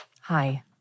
Hi